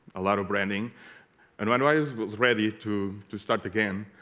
a lot of branding and when wise was ready to to start again